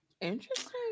Interesting